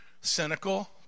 cynical